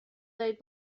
دارید